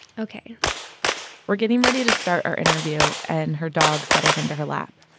ok we're getting ready to start our interview and her dog settles into her lap.